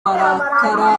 barakara